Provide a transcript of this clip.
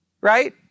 Right